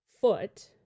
foot